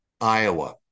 Iowa